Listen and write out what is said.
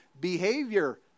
behavior